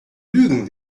lügen